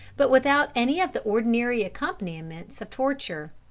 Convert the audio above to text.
but without any of the ordinary accompaniments of torture.